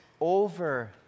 over